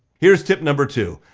here's tip number two,